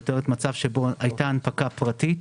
זאת אומרת, מצב שבו הייתה הנפקה פרטית